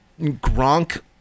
gronk